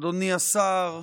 אדוני השר,